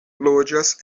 loĝas